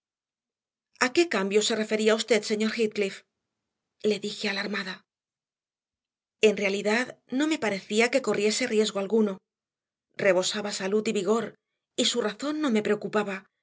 qué cambio se refería usted señor heathcliff le dije alarmada en realidad no me parecía que corriese riesgo alguno rebosaba salud y vigor y su razón no me preocupaba